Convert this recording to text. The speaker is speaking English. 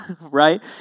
right